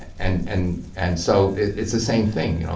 and and and so it's the same thing, you know.